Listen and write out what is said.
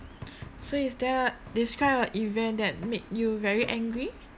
so is there a describe a event that made you very angry